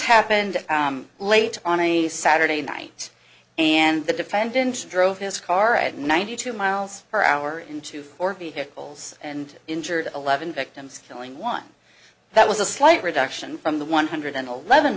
happened late on a saturday night and the defendant drove his car at ninety two miles per hour into four vehicles and injured eleven victims killing one that was a slight reduction from the one hundred eleven